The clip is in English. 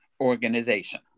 organization